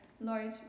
Lord